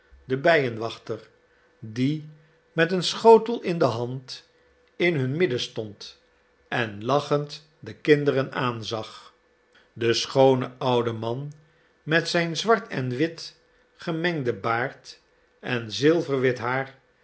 den bijenwachter die met een schotel in de hand in hun midden stond en lachend de kinderen aanzag de schoone oude man met zijn zwart en wit gemengden baard en zilverwit haar